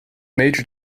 major